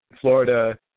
Florida